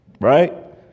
right